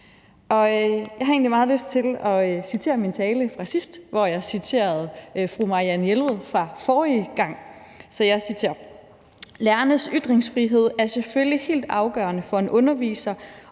egentlig meget lyst til at citere min tale fra sidst, hvor jeg citerede fru Marianne Jelved fra forrige gang: »Lærernes ytringsfrihed er selvfølgelig helt afgørende for en underviser,